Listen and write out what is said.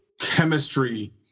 chemistry